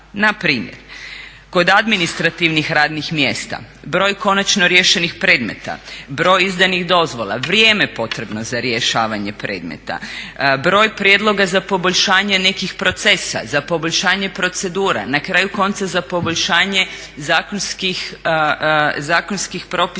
rada, npr. kod administrativnih radnih mjesta broj konačno riješenih predmeta, broj izdanih dozvola, vrijeme potrebno za rješavanje predmeta, broj prijedloga za poboljšanje nekih procesa, za poboljšanje procedure, na kraju konca za poboljšanje zakonskih propisa